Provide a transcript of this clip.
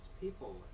people